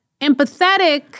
Empathetic